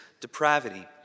depravity